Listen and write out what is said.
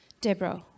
Deborah